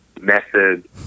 method